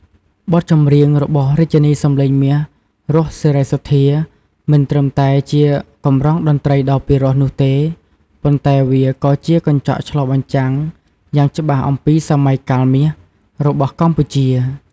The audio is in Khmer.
បទចម្រៀងរបស់រាជិនីសំឡេងមាស រស់ សេរីសុទ្ធា មិនត្រឹមតែជាកម្រងតន្ត្រីដ៏ពីរោះនោះទេ ប៉ុន្តែវាក៏ជាកញ្ចក់ឆ្លុះបញ្ចាំងយ៉ាងច្បាស់អំពី "សម័យកាលមាស" របស់កម្ពុជា។